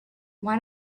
why